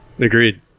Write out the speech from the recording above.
Agreed